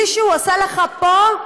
מישהו עושה לך פה,